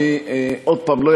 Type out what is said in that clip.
עוד פעם,